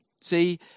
See